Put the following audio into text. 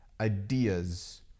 ideas